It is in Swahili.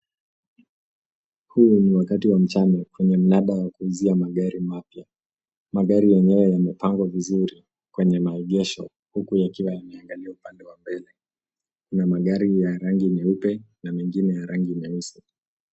Huu ni wakati wa mchana kwenye mnada wa kuuzia magari mapya. Magari yenyewe yamepangwa vizuri kwenye maegesho huku yakiwa yameangalia upande wa mbele. Kuna magari ya rangi nyeupe na mengine ya rangi nyeusi.